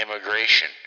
immigration